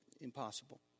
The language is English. impossible